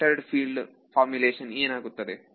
scattered field formulation ಏನಾಗುತ್ತದೆ